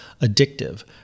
addictive